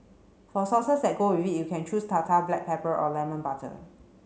for sauces that go with it you can choose tartar black pepper or lemon butter